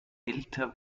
älter